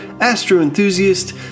astro-enthusiast